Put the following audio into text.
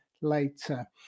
later